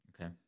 okay